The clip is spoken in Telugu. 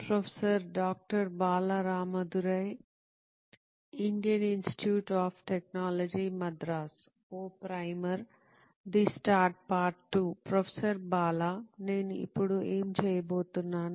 ప్రొఫెసర్ బాలా నేను ఇప్పుడు ఏమి చేయబోతున్నాను